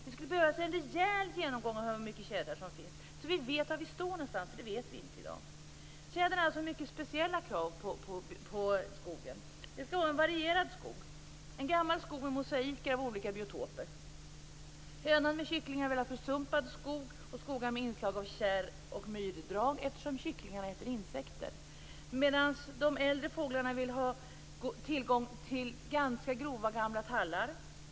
Det skulle behövas en rejäl genomgång av hur många tjädrar som finns så att vi vet var vi står någonstans. Det vet vi inte i dag. Tjädern har mycket speciella krav på skogen. Det skall vara en varierad skog. Det skall vara en gammal skog med mosaiker av olika biotoper. Hönan med kycklingar vill ha försumpad skog, skogar med inslag av kärr och myrdrag, eftersom kycklingarna äter insekter. De äldre fåglarna vill ha tillgång till ganska grova gamla tallar.